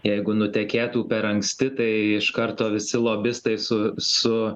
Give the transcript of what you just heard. jeigu nutekėtų per anksti tai iš karto visi lobistai su su